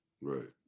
Right